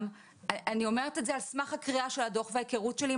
ואני אומרת את זה על סמך הקריאה של הדוח וההיכרות שלי עם